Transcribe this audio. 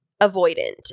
avoidant